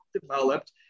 developed